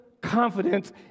confidence